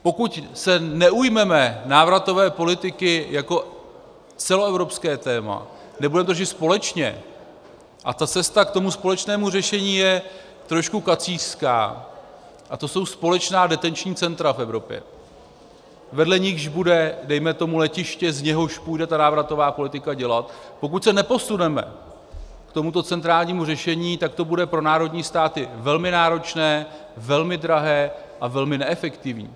Pokud se neujmeme návratové politiky jako celoevropského tématu, nebudeme držet společně a cesta ke společnému řešení je trošku kacířská, a to jsou společná detenční centra v Evropě, vedle nichž bude dejme tomu letiště, z něhož půjde ta návratová politika dělat pokud se neposuneme k tomuto centrálnímu řešení, tak to bude pro národní státy velmi náročné, velmi drahé a velmi neefektivní.